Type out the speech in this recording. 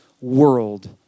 world